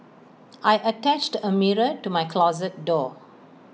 I attached A mirror to my closet door